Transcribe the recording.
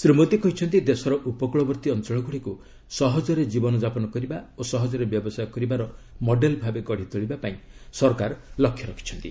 ଶ୍ରୀ ମୋଦୀ କହିଛନ୍ତି ଦେଶର ଉପକୂଳବର୍ତ୍ତୀ ଅଞ୍ଚଳ ଗୁଡ଼ିକୁ' ସହଜରେ କ୍ଜୀବନଜାପନ କରିବା ଓ ସହଜରେ ବ୍ୟବସାୟ କରିବାର ମଡେଲ୍ ଭାବେ ଗଢ଼ି ତୋଳିବା ପାଇଁ ସରକାର ଲକ୍ଷ୍ୟ ରଖିଚ୍ଛନ୍ତି